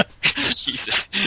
Jesus